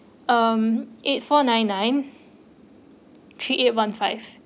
um eight four nine nine three eight one five